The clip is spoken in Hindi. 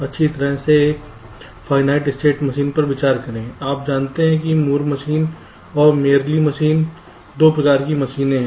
अच्छी तरह से एक फयनाईट स्टेट मशीन पर विचार करें आप जानते हैं कि मूर मशीन और मेयली मशीन 2 प्रकार की मशीनें हैं